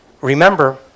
Remember